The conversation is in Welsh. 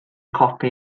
copi